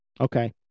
Okay